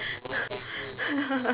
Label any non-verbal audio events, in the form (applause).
(laughs)